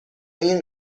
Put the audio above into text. این